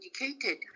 indicated